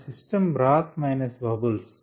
మం సిస్టం బ్రాత్ minus bubbles